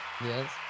yes